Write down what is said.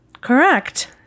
Correct